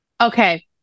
Okay